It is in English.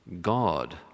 God